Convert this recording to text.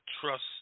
trust